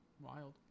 Wild